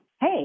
hey